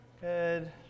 Good